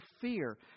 fear